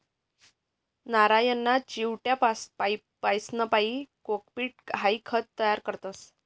नारयना चिवट्यासपाईन कोकोपीट हाई खत तयार करतस